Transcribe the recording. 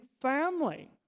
family